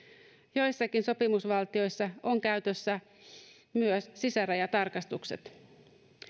joissakin sopimusvaltioissa on käytössä myös sisärajatarkastukset